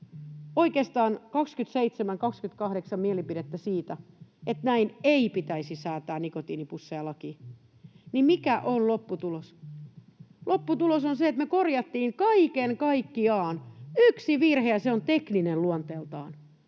oikeastaan 27—28 mielipidettä siitä, että näin ei pitäisi säätää nikotiinipusseja lakiin — ja mikä on lopputulos? Lopputulos on se, että me korjattiin kaiken kaikkiaan yksi virhe, ja se on tekninen luonteeltaan.